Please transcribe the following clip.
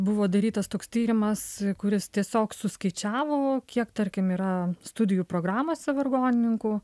buvo darytas toks tyrimas kuris tiesiog suskaičiavo kiek tarkim yra studijų programose vargonininkų